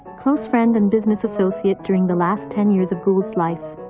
close friend and business associate during the last ten years of gould's life,